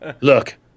look